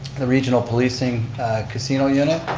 the regional policing casino unit,